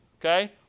okay